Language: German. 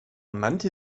nannte